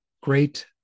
great